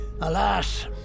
Alas